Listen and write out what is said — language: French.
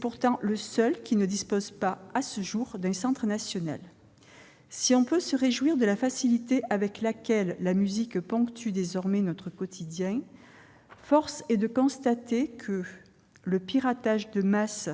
Pourtant, c'est le seul qui ne dispose pas, à ce jour, d'un centre national. Si l'on peut se réjouir de la facilité avec laquelle la musique ponctue désormais notre quotidien, force est de constater que le piratage de masse-